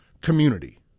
community